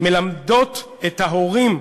מלמדות את ההורים,